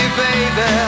baby